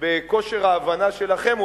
בכושר ההבנה שלכם,